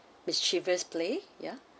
mischievous play ya